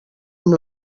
amb